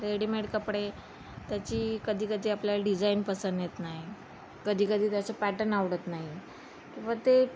readymade कपडे त्याची कधी कधी आपल्याला डिझाईन पसंत येत नाही कधी कधी त्याचं पॅटन आवडत नाही व ते